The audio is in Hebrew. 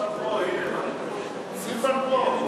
סילבן פה.